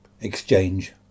exchange